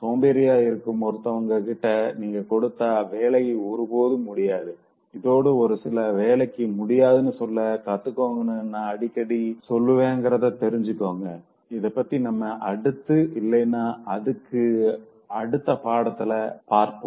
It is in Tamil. சோம்பேறியா இருக்கும் ஒருத்தவங்க கிட்ட நீங்க கொடுத்தா வேலை ஒருபோதும் முடியாது இதோட ஒரு சில வேலைக்கு முடியாதுன்னு சொல்ல கத்துக்கோங்கனு நா அடிக்கடி சொல்லுவேங்கிரத தெரிஞ்சுக்கோங்கஇத பத்தி நம்ம அடுத்து இல்லைன்னா அதுக்கு அடுத்த பாடத்துல பாப்போம்